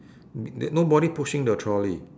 nobody pushing the trolley